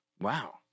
Wow